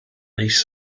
east